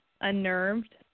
unnerved